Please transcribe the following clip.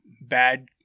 bad